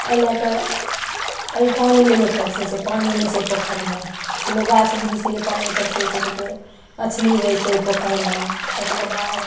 एहि लए कऽ एहि पानि लए लोक तरसै छै पानि नहि छै पोखरिमे लोक गाछ बृक्षके लिए पानि तरसै छै देखियौ मछली रहै छै ओ पोखरिमे तकरबाद